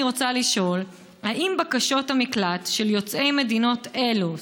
אני רוצה לשאול: האם בקשות המקלט של יוצאי מדינות אלו,